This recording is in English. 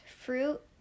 fruit